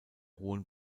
hohen